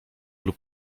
lub